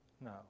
No